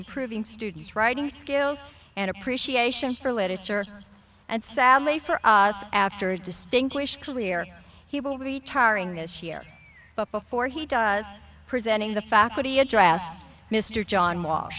improving students writing skills and appreciation for letter and sadly for us after a distinguished career he will be tarring this year but before he does presenting the faculty address mr john